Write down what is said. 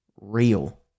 real